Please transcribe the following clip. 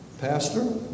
Pastor